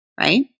right